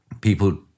people